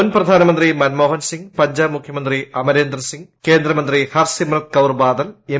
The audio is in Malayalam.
മുൻ പ്രധാനമന്ത്രി മൻമോഹൻ സിങ് പഞ്ചാബ് മുഖ്യമന്ത്രി അമരേന്ദർ സിങ് കേന്ദ്രമന്ത്രി ഹർസിമ്രത് കൌർ ബാദൽ എം